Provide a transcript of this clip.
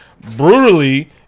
Brutally